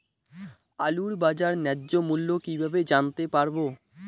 আলুর বাজার ন্যায্য মূল্য কিভাবে জানতে পারবো?